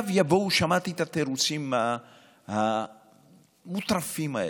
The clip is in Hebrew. שמעתי את התירוצים המוטרפים האלה: